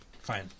fine